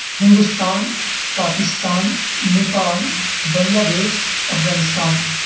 Hindustan Pakistan Nepal Bangladesh Afghanistan